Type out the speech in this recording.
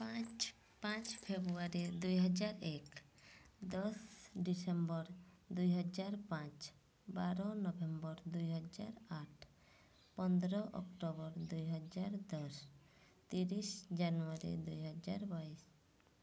ପାଞ୍ଚ ପାଞ୍ଚ ଫେବୃଆରୀ ଦୁଇ ହଜାର ଏକ ଦଶ ଡିସେମ୍ବର ଦୁଇ ହଜାର ପାଞ୍ଚ ବାର ନଭେମ୍ବର ଦୁଇ ହଜାର ଆଠ ପନ୍ଦର ଅକ୍ଟୋବର ଦୁଇ ହଜାର ଦଶ ତିରିଶି ଜାନୁଆରୀ ଦୁଇ ହଜାର ବାଇଶି